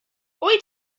wyt